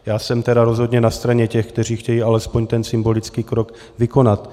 Já jsem tedy rozhodně na straně těch, kteří chtějí alespoň ten symbolický krok vykonat.